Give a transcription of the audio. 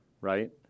right